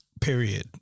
period